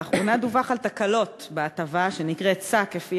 לאחרונה דווח על תקלות בהטבה שנקראת "סע כפי